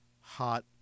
hot